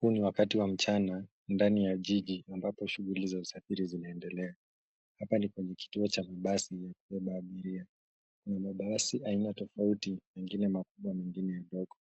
Huu ni wakati wa mchana ndani jijini ambapo shughuli za usafiri zinaendelea. Hapa ni kwenye kituo cha mabasi ya maabiria. Mabasi aina tofouti mengine makubwa mengine madogo.